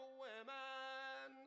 women